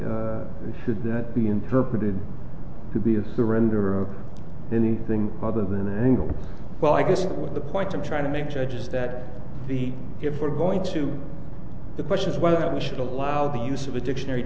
should that be interpreted to be a surrender or anything other than an angle well i guess what the point i'm trying to make judge is that the if we're going to the question is whether we should allow the use of a dictionary